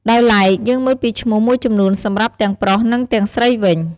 ដោយឡែក យើងមើលពីឈ្មោះមួយចំនួនសម្រាប់ទាំងប្រុស និងទាំងស្រីវិញ។